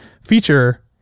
feature